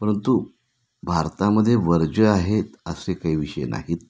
परंतु भारतामध्ये वर्ज्य आहेत असे काही विषय नाहीत